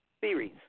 series